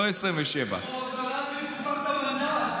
לא 27. הוא עוד נולד בתקופת המנדט.